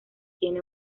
tiene